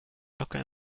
locker